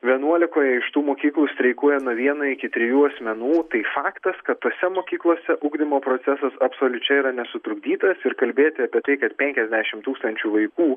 vienuolikoje iš tų mokyklų streikuoja nuo vieno iki trijų asmenų tai faktas kad tose mokyklose ugdymo procesas absoliučiai yra nesutrukdytas ir kalbėti apie tai kad penkiasdešimt tūkstančių vaikų